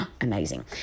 Amazing